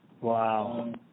wow